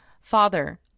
Father